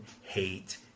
hate